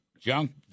junk